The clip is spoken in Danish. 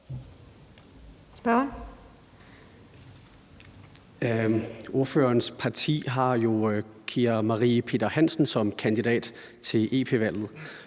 Ordførerens parti har jo Kira Marie Peter-Hansen som kandidat til